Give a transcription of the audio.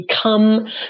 become